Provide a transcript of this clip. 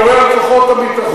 יורה על כוחות הביטחון,